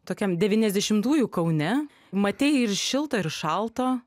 tokiam devyniasdešimtųjų kaune matei ir šilto ir šalto